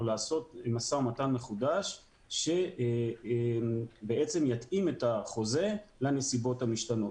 לעשות משא ומתן מחודש שיתאים את החוזה לנסיבות המשתנות.